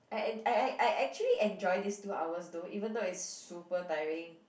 I I I I actually enjoy this two hours though even though is super tiring